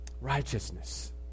Righteousness